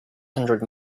hundred